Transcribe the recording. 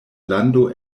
lando